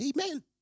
Amen